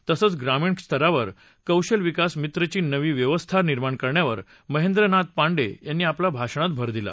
तसंच ग्रामीण स्तरावर कौशल विकास मित्रची नवी व्यवस्था निर्माण करण्यावर महेंद्र नाथ पांडर्यिनी आपल्या भाषणात भर दिला